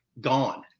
Gone